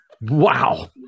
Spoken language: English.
Wow